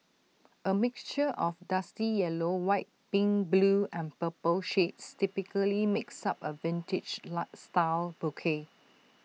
A mixture of dusty yellow white pink blue and purple shades typically makes up A vintage style bouquet